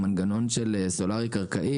במנגנון של סולארי קרקעי,